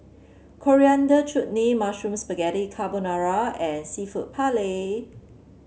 Coriander Chutney Mushroom Spaghetti Carbonara and seafood Paella